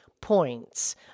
points